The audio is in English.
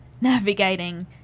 navigating